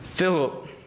Philip